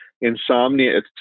insomnia